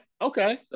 okay